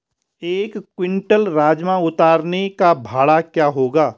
एक क्विंटल राजमा उतारने का भाड़ा क्या होगा?